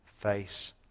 face